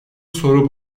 soru